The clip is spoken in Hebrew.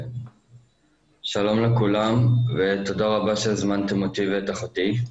שלום לכולם, ותודה רבה שהזמנתם אותי ואת אחותי.